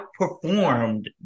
outperformed